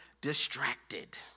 distracted